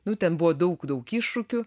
nu ten buvo daug daug iššūkių